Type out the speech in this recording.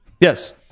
Yes